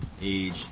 age